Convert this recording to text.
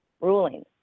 ruling